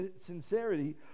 sincerity